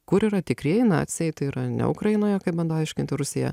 kur yra tikrieji naciai tai yra ne ukrainoje kaip bando aiškinti rusija